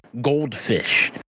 goldfish